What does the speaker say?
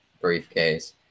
briefcase